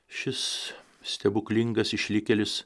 šis stebuklingas išlikėlis